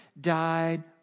died